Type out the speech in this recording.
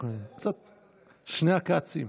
שני הכצים.